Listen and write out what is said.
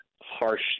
harsh